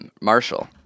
Marshall